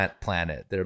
Planet